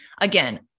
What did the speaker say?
Again